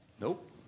nope